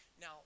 Now